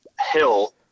hill